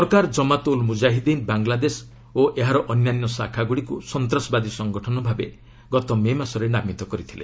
ସରକାର ଜମାତ୍ ଉଲ୍ ମୁକ୍କାହିଦ୍ଦିନ୍ ବାଂଲାଦେଶ ଓ ଏହାର ଅନ୍ୟାନ୍ୟ ଶାଖାଗୁଡ଼ିକୁ ସନ୍ତାସବାଦୀ ସଙ୍ଗଠନ ଭାବେ ମେ ମାସରେ ନାମିତ କରିଥିଲେ